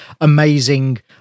amazing